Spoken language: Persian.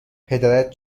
پدرت